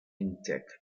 intact